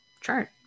chart